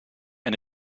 and